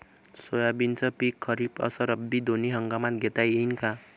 सोयाबीनचं पिक खरीप अस रब्बी दोनी हंगामात घेता येईन का?